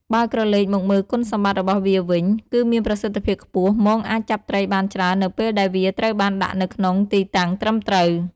បើក្រឡេកមកមើលគុណសម្បត្តិរបស់វាវិញ គឺមានប្រសិទ្ធភាពខ្ពស់ មងអាចចាប់ត្រីបានច្រើននៅពេលដែលវាត្រូវបានដាក់នៅក្នុងទីតាំងត្រឹមត្រូវ។